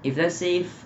if let's say